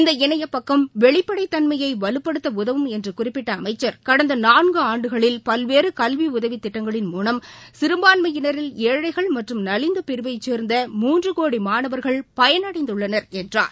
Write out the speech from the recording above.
இந்த இணையபக்கம் வெளிப்படைத் தன்மையைவலுப்படுத்தஉதவும் என்றுகுறிப்பிட்டஅமைச்சா் கடந்தநான்குஆண்டுகளில் பல்வேறுகல்விஉதவிதிட்டங்களின் மூலம் சிறுபான்மையினரில் ஏழைகள் மற்றும் நலிந்தபிரிவைச் சேர்ந்த மூன்றுகோடிமாணவர்கள் பயனடைந்துள்ளனர் என்றார்